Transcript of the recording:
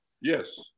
Yes